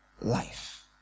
life